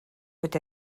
peut